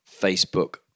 Facebook